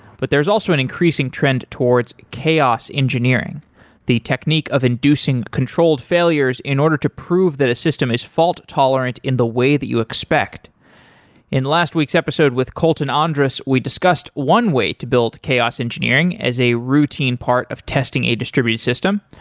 but there's also an increasing trend towards chaos engineering the technique of inducing controlled failures in order to prove that a system is fault-tolerant in the way that you expect in last week's episode with kollton andrus, we discussed one way to build chaos engineering as a routine part of testing a distributed system.